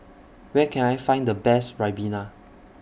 Where Can I Find The Best Ribena